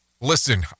Listen